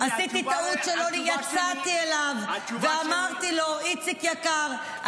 עשיתי טעות שלא יצאתי אליו ואמרתי לו: איציק יקר,